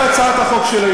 הצעת החוק שאני